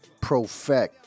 Profect